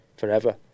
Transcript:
forever